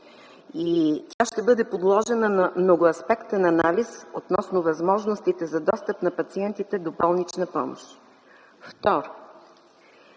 тя ще бъде подложена на многоаспектен анализ относно възможностите за достъп на пациентите до болнична помощ.